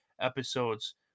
episodes